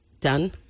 done